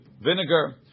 vinegar